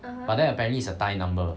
but then apparently is a thai number